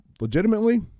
legitimately